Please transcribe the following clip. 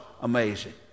amazing